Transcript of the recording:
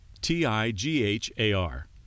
T-I-G-H-A-R